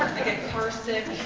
get car sick.